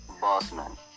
Bossman